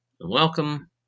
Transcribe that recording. welcome